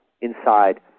inside